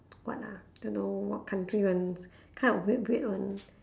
what ah don't know what country one kind of weird weird [one]